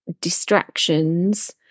distractions